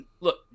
look